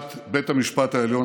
העליון,